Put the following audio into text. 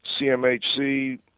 CMHC